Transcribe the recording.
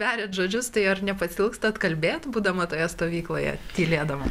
beriat žodžius tai ar nepasiilgstat kalbėt būdama toje stovykloje tylėdama